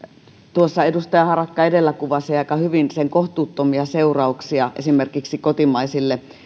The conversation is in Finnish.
tuossa edustaja harakka edellä kuvasi aika hyvin sen kohtuuttomia seurauksia esimerkiksi kotimaisille